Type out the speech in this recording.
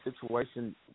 situation